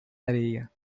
areia